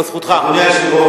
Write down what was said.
סליחה, אדוני השר,